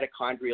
mitochondrial